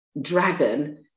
dragon